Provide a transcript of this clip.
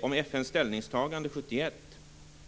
Och om FN:s ställningstagande 1971